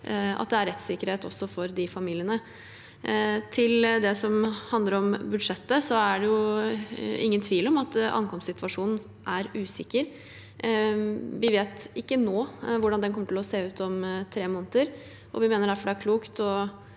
at det er rettssikkerhet også for de familiene. Til det som handler om budsjettet: Det er ingen tvil om at ankomstsituasjonen er usikker. Vi vet ikke nå hvordan den kommer til å se ut om tre måneder, og vi mener derfor det er klokt å